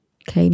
ok